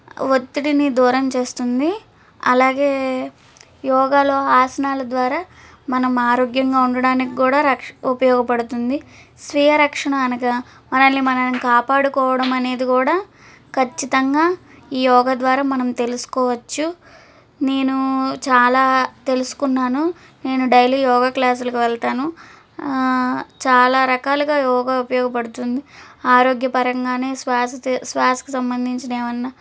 ఒత్తిడిని దూరం చేస్తుంది అలాగే యోగాలో ఆసనాలు ద్వారా మనం ఆరోగ్యంగా ఉండడానికి కూడా రక్ష ఉపయోగపడుతుంది స్వీయ రక్షణ అనగా మనల్ని మనం కాపాడుకోవడం అనేది కూడా ఖచ్చితంగా ఈ యోగ ద్వారా మనం తెలుసుకోవచ్చు నేను చాలా తెలుసుకున్నాను నేను డైలీ యోగ క్లాసులకు వెళ్తాను చాలా రకాలుగా యోగా ఉపయోగపడుతుంది ఆరోగ్యపరంగానే శ్వాస శ్వాసకి సంబంధించినవి ఏమన్నా